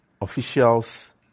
officials